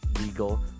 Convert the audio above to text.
legal